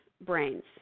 brains